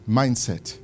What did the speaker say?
mindset